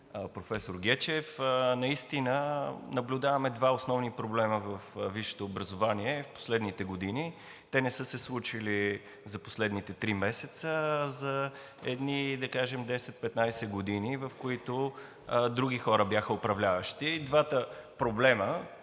професор Гечев. Наистина наблюдаваме два основни проблема във висшето образование в последните години. Те не са се случили за последните три месеца, а за едни да кажем 10 – 15 години, в които други хора бяха управляващи. И двата проблема,